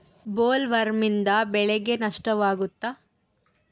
ಬೊಲ್ವರ್ಮ್ನಿಂದ ಬೆಳೆಗೆ ನಷ್ಟವಾಗುತ್ತ?